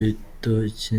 ibitoki